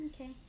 Okay